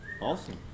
Awesome